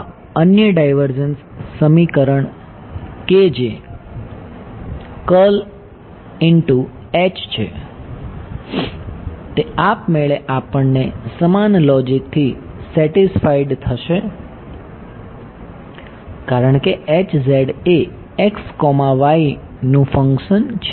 હા અન્ય ડાયવર્ઝન સમીકરણ કે જે છે તે આપમેળે આપણને સમાન લોજીકથી સેટિસ્ફાઈડ થશે કારણ કે એ x y નું ફંક્શન છે